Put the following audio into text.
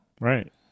Right